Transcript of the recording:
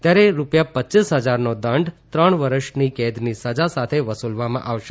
ત્યારે રૂપિયા રપ હજારનો દંડ ત્રણ વર્ષની કેદની સજા સાથે વસૂલવામાં આવશે